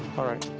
all right.